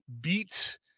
beat